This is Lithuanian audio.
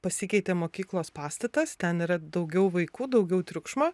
pasikeitė mokyklos pastatas ten yra daugiau vaikų daugiau triukšmo